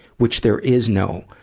which there is no,